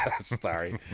sorry